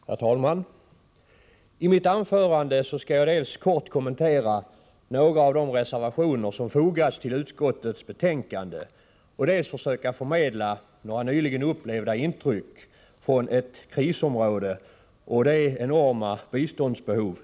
Herr talman! I mitt anförande skall jag dels kort kommentera några av de reservationer som har fogats till utskottets betänkande, dels försöka förmedla några nyligen upplevda intryck från ett krisområde med enorma biståndsbehov.